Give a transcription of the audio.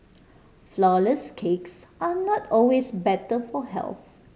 flourless cakes are not always better for health